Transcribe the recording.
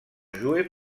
jouée